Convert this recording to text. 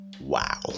wow